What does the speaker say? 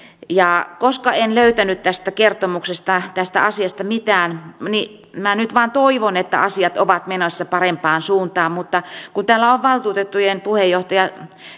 koska en löytänyt tästä kertomuksesta tästä asiasta mitään niin minä nyt vain toivon että asiat ovat menossa parempaan suuntaan mutta kun täällä on valtuutettujen puheenjohtaja